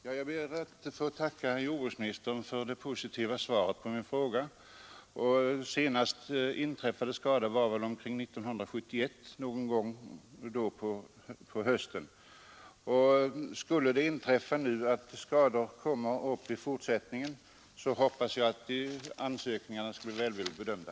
Herr talman! Jag ber att få tacka jordbruksministern för det positiva svaret på min fråga. Senast en skada inträffade var väl någon gång på hösten 1971. Skulle skador inträffa i fortsättningen, så hoppas jag att ansökningarna om ersättning blir välvilligt bedömda.